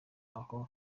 aho